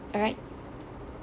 all right